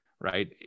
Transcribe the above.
right